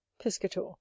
piscator